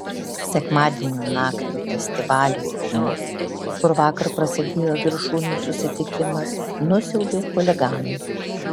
sekmadienio naktį festivalių rūmus kur vakar prasidėjo viršūnių susitikimas nusiaubė chuliganai